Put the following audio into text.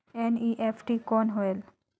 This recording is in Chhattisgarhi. एन.ई.एफ.टी कौन होएल?